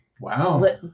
Wow